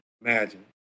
imagine